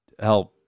help